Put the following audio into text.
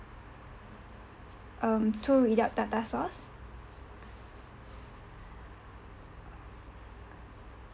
um two without tartar sauce